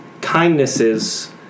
kindnesses